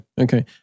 Okay